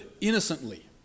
innocently